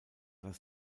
das